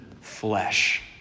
flesh